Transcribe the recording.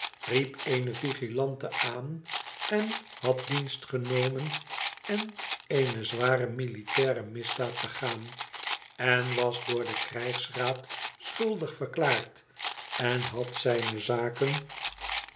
riep eene vigilante aan en had dienst genomen en eene zware militaire misdaad begaan en was door den krijgsraad schuldig verklaard en had zijne zaken